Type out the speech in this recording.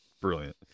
Brilliant